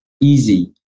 easy